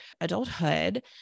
adulthood